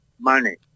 money